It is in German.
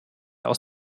aus